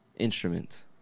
instruments